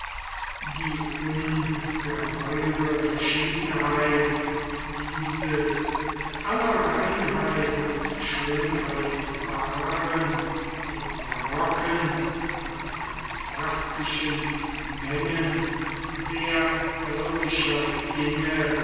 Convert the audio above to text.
die ungeheure verschiedenheit dieses aller reinheit und schönheit baren im barocken und phantastischen mengen sehr irdischer dinge